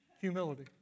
humility